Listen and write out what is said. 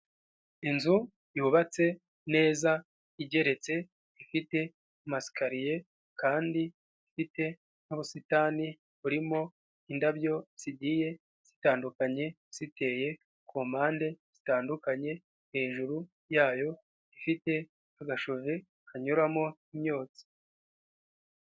Inzu yubatse neza igeretse ifite amasikariye kandi ifite n'ubusitani burimo indabyo zigiye zitandukanye ziteye ku mpande zitandukanye, hejuru yayo ifite agashove kanyuramo imyotsi.